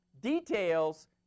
details